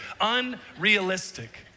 Unrealistic